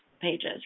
pages